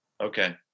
Okay